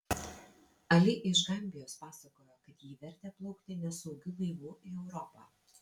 ali iš gambijos pasakojo kad jį vertė plaukti nesaugiu laivu į europą